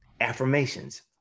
affirmations